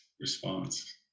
response